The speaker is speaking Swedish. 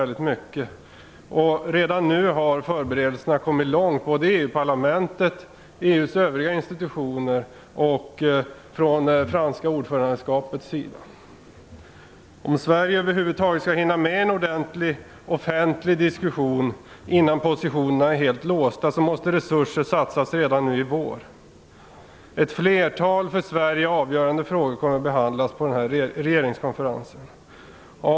Redan nu har man kommit långt med förberedelserna såväl i EU-parlamentet som i EU:s övriga institutioner och från franska ordförandeskapets sida. Om Sverige över huvud taget skall hinna med en ordentlig offentlig diskussion innan positionerna är helt låsta måste resurser satsas redan i vår. Ett flertal för Sverige avgörande frågor kommer att behandlas på den här regeringskonferensen.